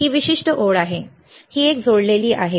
ही विशिष्ट ओळ ही एक जोडलेली आहे